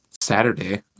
Saturday